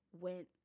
went